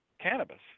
cannabis